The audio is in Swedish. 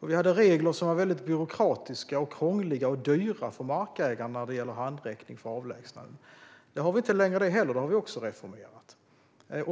Vi hade regler som var byråkratiska, krångliga och kostsamma för markägaren när det gäller handräckning för avlägsnanden. Nu har vi inte längre det heller; det har vi också reformerat.